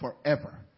forever